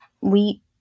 wheat